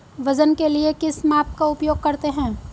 वजन के लिए किस माप का उपयोग करते हैं?